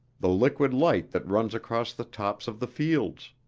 the liquid light that runs across the tops of the fields.